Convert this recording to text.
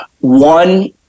one